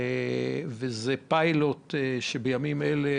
זה פיילוט שנמשך בימים אלה,